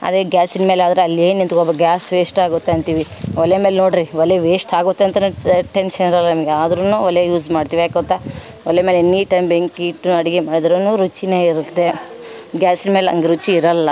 ಅದೇ ಗ್ಯಾಸಿನ ಮೇಲೆ ಆದ್ರೆ ಅಲ್ಲೇ ನಿಂತ್ಕೋಬೊಕ್ ಗ್ಯಾಸ್ ವೆಸ್ಟ್ ಆಗುತ್ತೆ ಅಂತೀವಿ ಒಲೆ ಮೇಲೆ ನೋಡ್ರಿ ಒಲೆ ವೇಸ್ಟ್ ಆಗುತ್ತೆ ಅಂತೇನೇ ಟೆನ್ಸ್ನ್ ಇರೋಲ್ಲ ನಿಮಗೆ ಆದ್ರು ಒಲೆ ಯೂಸ್ ಮಾಡ್ತೀವಿ ಯಾಕೆ ಗೊತ್ತ ಒಲೆ ಮೇಲೆ ಎನಿ ಟೈಮ್ ಬೆಂಕಿ ಇಟ್ಟರು ಅಡಿಗೆ ಮಾಡಿದ್ರು ರುಚಿ ಇರುತ್ತೆ ಗ್ಯಾಸ್ ಮೇಲೆ ಹಂಗೆ ರುಚಿ ಇರೋಲ್ಲ